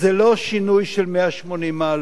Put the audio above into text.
זה לא שינוי של 180 מעלות.